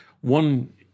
one